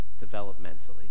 developmentally